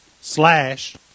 slash